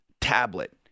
tablet